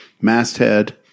Masthead